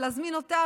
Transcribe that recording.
ולהזמין אותך,